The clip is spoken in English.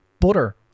butter